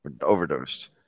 Overdosed